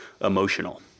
emotional